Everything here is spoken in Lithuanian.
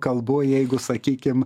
kalbu jeigu sakykim